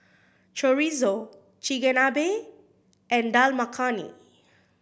Chorizo Chigenabe and Dal Makhani